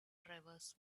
drivers